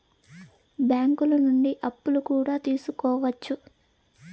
బ్యాంకులు నుండి అప్పులు కూడా తీసుకోవచ్చు